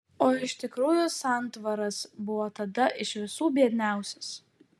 o iš tikrųjų santvaras buvo tada iš visų biedniausias